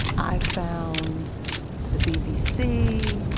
i found the bbc,